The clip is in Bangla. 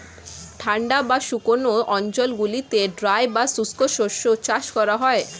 ঠান্ডা বা শুকনো অঞ্চলগুলিতে ড্রাই বা শুষ্ক শস্য চাষ করা হয়